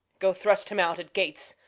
go thrust him out at gates,